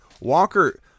Walker